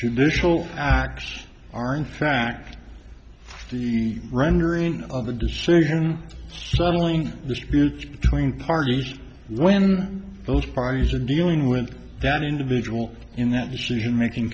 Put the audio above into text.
judicial acts are in fact the rendering of the decision settling disputes between the parties when those parties are dealing with that individual in that decision making